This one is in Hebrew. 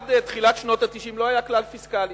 עד תחילת שנות ה-90 לא היה כלל פיסקלי.